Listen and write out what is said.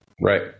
Right